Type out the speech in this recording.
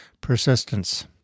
persistence